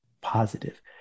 positive